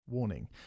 Warning